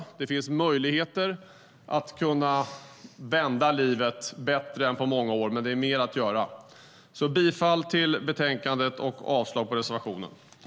Det finns bättre möjligheter att vända livet än på många år, men det finns mer att göra. Jag yrkar bifall till förslaget i betänkandet och avslag på reservationerna.